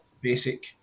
basic